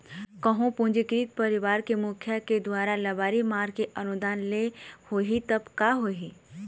कहूँ पंजीकृत परवार के मुखिया के दुवारा लबारी मार के अनुदान ले होही तब का होही?